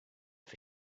for